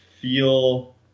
feel